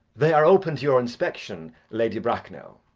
they are open to your inspection, lady bracknell.